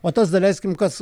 o tas daleiskim kas